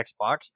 Xbox